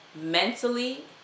mentally